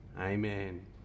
amen